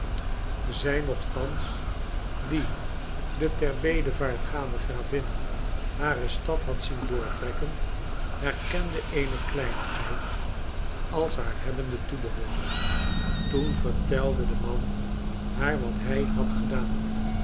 zij nochtans die de ter bedevaart gaande gravin hare stad had zien doortrekken herkende eene kleinigheid als haar hebbende toebehoord toen vertelde de man haar wat hij had gedaan